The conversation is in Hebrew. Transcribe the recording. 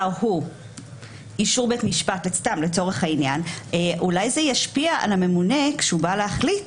הוא אישור בית משפט אולי זה ישפיע על הממונה בבואו להחליט